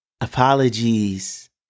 apologies